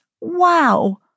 Wow